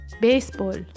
Baseball